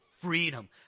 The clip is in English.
freedom